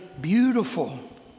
beautiful